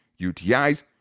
UTIs